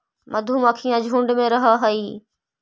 मधुमक्खियां झुंड में रहअ हई